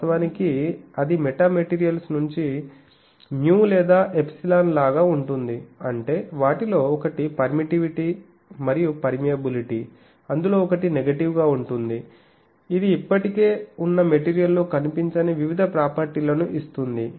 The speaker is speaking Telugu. వాస్తవానికి అది మెటామెటీరియల్స్ నుండి μ లేదా ఎప్సిలాన్ లాగా ఉంటుంది అంటే వాటిలో ఒకటి పర్మిటివిటీ మరియు పర్మియాబిలిటీ అందులో ఒకటి నెగిటివ్ గా ఉంటుంది ఇది ఇప్పటికే ఉన్న మెటీరియల్ లో కనిపించని వివిధ ప్రాపర్టీలను ఇస్తుంది